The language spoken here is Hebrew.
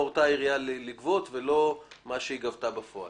הורתה העירייה לגבות ולא מה שהיא גבתה בפועל.